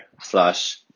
slash